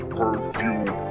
perfume